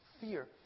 fear